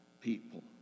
people